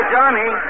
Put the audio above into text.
Johnny